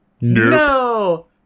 No